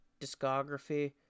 discography